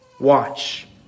Watch